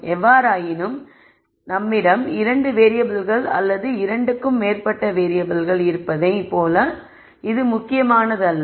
எவ்வாறாயினும் எங்களிடம் இரண்டு வேறியபிள்கள் அல்லது இரண்டுக்கும் மேற்பட்ட வேறியபிள்கள் இருப்பதைப் போல இது முக்கியமானதல்ல